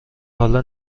حالا